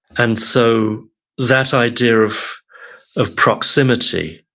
and so that idea of of proximity,